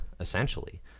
essentially